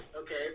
Okay